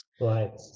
Right